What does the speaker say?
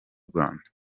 rwanda